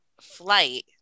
flight